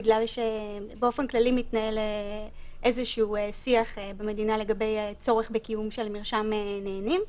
בגלל שבאופן כללי מתנהל איזשהו שיח במדינה לגבי הצורך בקיום מרשם נהנים,